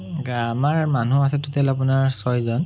আমাৰ মানুহ আছে টোটেল আপোনাৰ ছয়জন